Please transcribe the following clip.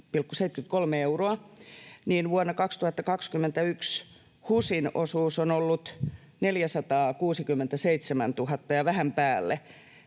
niin vuonna 2021 Helsingin osuus on ollut 467 000 ja vähän päälle,